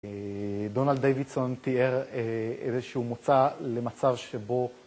דונלד דייווידסון תיאר איזה שהוא מוצא למצב שבו...